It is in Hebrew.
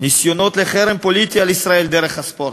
ניסיונות לחרם פוליטי על ישראל דרך הספורט.